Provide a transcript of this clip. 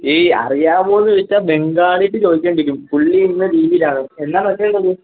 ഈ അറിയാവോ എന്ന് ചോദിച്ചാൽ ബംഗാളി ക്ക് ചോദിക്കേണ്ടി ഇരിക്കും പുള്ളി ഇന്ന് ലീവിലാണ് എന്നാണ് വെട്ടേണ്ടത്